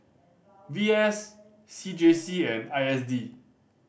V S C J C and I S D